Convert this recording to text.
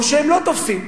או שהם לא תופסים.